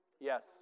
Yes